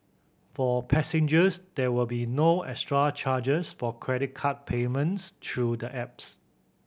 for passengers there will be no extra charges for credit card payments through the apps